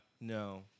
no